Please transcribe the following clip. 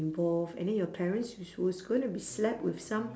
involved and then your parents which who's gonna be slapped with some